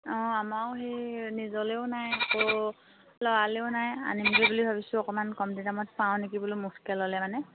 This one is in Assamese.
অঁ আমাৰো সেই নিজলৈও নাই আকৌ ল'ৰালৈও নাই আনিমগৈ বুলি ভাবিছোঁ অকণমান কমতি দামত পাওঁ নেকি বোলো মুঠকৈ ল'লে মানে